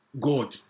God